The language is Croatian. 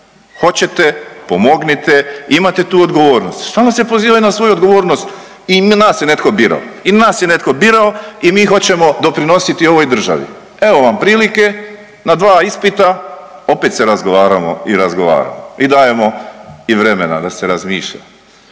hoćete, pomognite imate tu odgovornost, stalno se pozivaju na svoju odgovornost i nas je netko birao, i nas je netko birao i mi hoćemo doprinositi ovoj državi. Evo vam prilike na dva ispita opet se razgovaramo i razgovaramo i dajemo i vremena da se razmišlja,